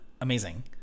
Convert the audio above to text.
amazing